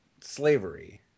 slavery